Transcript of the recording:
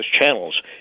channels